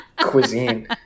cuisine